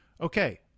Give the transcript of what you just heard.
okay